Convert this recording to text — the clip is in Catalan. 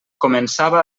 començava